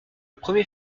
premier